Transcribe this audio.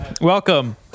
Welcome